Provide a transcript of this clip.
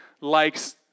likes